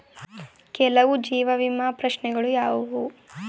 ಕೆಲವು ಜೀವ ವಿಮಾ ಪ್ರಶ್ನೆಗಳು ಯಾವುವು?